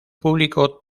público